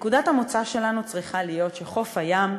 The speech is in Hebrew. נקודת המוצא שלנו צריכה להיות שחוף הים,